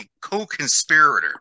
co-conspirator